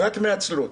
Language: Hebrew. רק מעצלות.